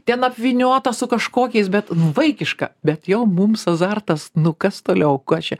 ten apvyniota su kažkokiais bet vaikiška bet jo mums azartas nu kas toliau kas čia